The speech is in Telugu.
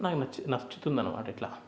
నాకు నచ్చి నచ్చుతుంది అనమాట ఇట్లా